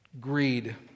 Greed